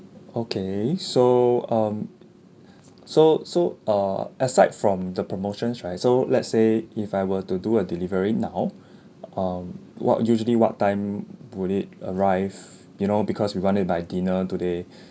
okay so um so so uh aside from the promotions right so let's say if I were to do a delivery now um what usually what time would it arrive you know because we want it by dinner today